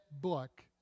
book